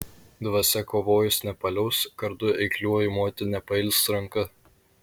dvasia kovojus nepaliaus kardu eikliuoju moti nepails ranka